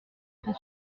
très